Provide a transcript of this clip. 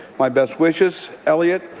my best wishes, elliot,